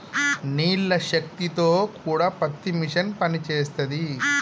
నీళ్ల శక్తి తో కూడా పత్తి మిషన్ పనిచేస్తది